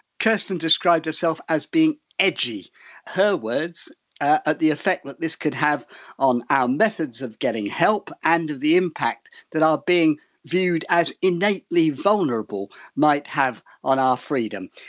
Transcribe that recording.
kirsten, described herself as being edgy her words at the effect that this could have on our methods of getting help and of the impact that are being viewed as innately vulnerable might have on our freedom.